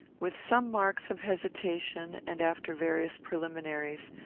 with some marks of hesitation and after various preliminaries,